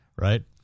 right